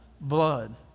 blood